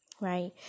Right